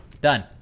Done